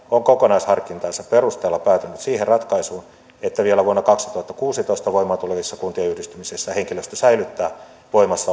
on kokonaisharkintansa perusteella päätynyt siihen ratkaisuun että vielä vuonna kaksituhattakuusitoista voimaan tulevissa kuntien yhdistymisissä henkilöstö säilyttää voimassa